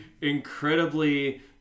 incredibly